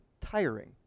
tiring